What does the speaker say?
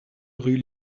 rue